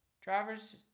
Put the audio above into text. drivers